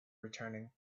returning